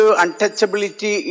untouchability